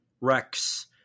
Rex